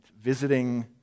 visiting